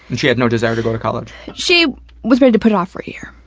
and she had no desire to go to college? she was ready to put it off for a year.